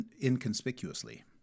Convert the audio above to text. inconspicuously